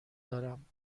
دارم